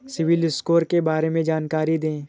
CIBIL score के बारे में जानकारी दें?